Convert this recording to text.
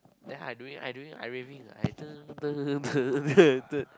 there I doing I doing I waving I